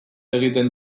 egiten